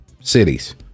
cities